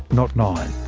not nine.